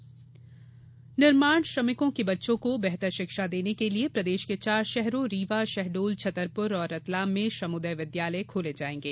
श्रमोदय निर्माण श्रमिकों के बच्चों को बेहतर शिक्षा देने के लिये प्रदेश के चार शहरों रीवा शहडोल छतरपुर और रतलाम में श्रमोदय विद्यालय खोले जायेंगे